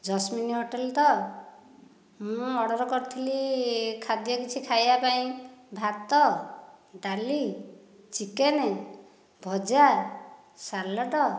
Jasmine hotel ତ ମୁଁ order କରିଥିଲି ଖାଦ୍ୟ କିଛି ଖାଇବା ପାଇଁ ଭାତ ଡାଲି ଚିକେନ ଭଜା ସାଲଡ଼